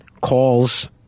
calls